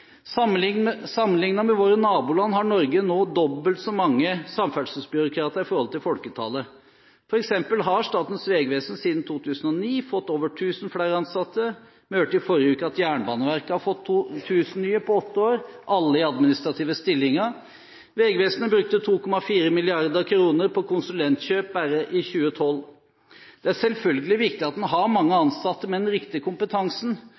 prioritert byråkratiet. Sammenliknet med våre naboland har Norge nå dobbelt så mange samferdselsbyråkrater i forhold til folketallet. For eksempel har Statens vegvesen siden 2009 fått over 1 000 flere ansatte. Vi hørte i forrige uke at Jernbaneverket har fått 1 000 nye på åtte år, alle i administrative stillinger. Vegvesenet brukte 2,4 mrd. kr på konsulentkjøp bare i 2012. Det er selvfølgelig viktig at man har mange nok ansatte med den riktige kompetansen,